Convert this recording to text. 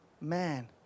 man